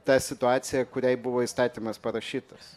ta situacija kuriai buvo įstatymas parašytas